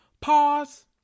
Pause